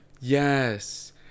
Yes